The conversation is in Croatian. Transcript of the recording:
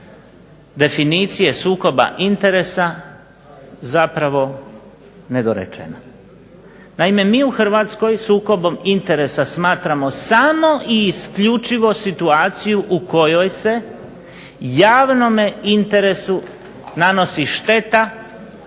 definicije sukoba interesa zapravo nedorečena. Naime, mi u Hrvatskoj sukobom interesa smatramo samo i isključivo situaciju u kojoj se javnome interesu nanosi šteta